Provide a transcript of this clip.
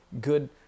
good